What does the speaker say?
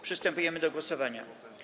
Przystępujemy do głosowania.